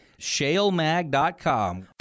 shalemag.com